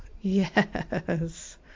Yes